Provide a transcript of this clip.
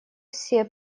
все